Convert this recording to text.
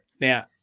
now